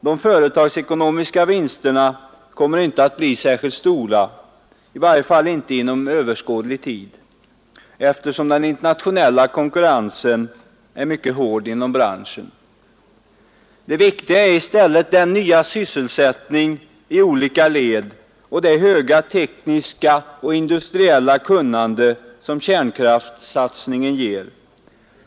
De företagsekonomiska vinsterna kommer inte att bli särskilt stora, i varje fall inte inom överskådlig tid, eftersom den internationella konkurrensen är mycket hård inom branschen. Det viktiga är i stället den nya sysselsättning i olika led och det höga tekniska och industriella kunnande som kärnkraftsatsningen ger.